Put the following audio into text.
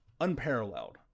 unparalleled